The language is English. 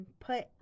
put